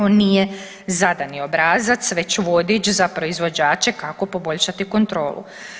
On nije zadani obrazac već vodić za proizvođače kako poboljšati kontrolu.